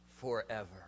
forever